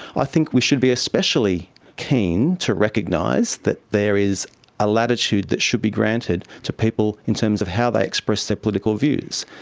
i think we should be especially keen to recognise that there is a latitude that should be granted to people in terms of how they express their political views.